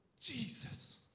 Jesus